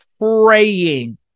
praying